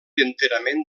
enterament